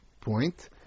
point